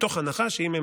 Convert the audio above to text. מתוך הנחה שאם הם